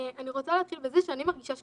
אני רוצה להתחיל בזה שאני מרגישה שקופה.